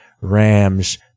Rams